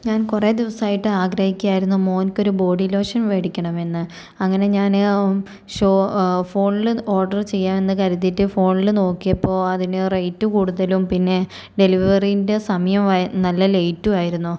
ഞാൻ കുറേ ദിവസമായിട്ട് ആഗ്രഹിക്കുകയായിരുന്നു മോനിക്കൊരു ബോഡി ലോഷൻ വേടിക്കണമെന്ന് അങ്ങനെ ഞാൻ ഷോ ഫോണിൽ ഓഡർ ചെയ്യാമെന്ന് കരുതിയിട്ട് ഫോണിൽ നോക്കിയപ്പോൾ അതിന് റേറ്റ് കൂടുതലും പിന്നെ ഡെലിവറീൻ്റെ സമയം വൈ നല്ല ലേറ്റും ആയിരുന്നു